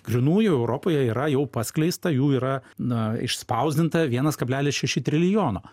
grynųjų europoje yra jau paskleista jų yra na išspausdinta vienas kablelis šeši trilijono